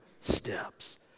steps